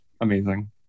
amazing